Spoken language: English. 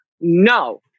no